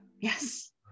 Yes